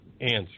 answer